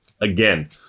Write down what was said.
Again